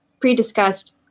pre-discussed